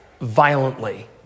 violently